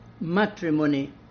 matrimony